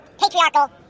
patriarchal